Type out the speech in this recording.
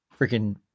freaking